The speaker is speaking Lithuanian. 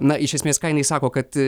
na iš esmės ką jinai sako kad